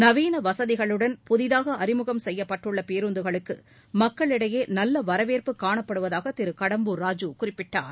நவீன வசதிகளுடன் புதிதாக அறிமுகம் செய்யப்பட்டுள்ள பேருந்துகளுக்கு மக்களிடையே நல்ல வரவேற்பு காணப்படுவதாக திரு கடம்பூர் ராஜூ குறிப்பிட்டார்